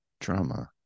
drama